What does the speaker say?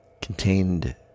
contained